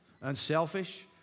unselfish